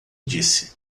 disse